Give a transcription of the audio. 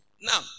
now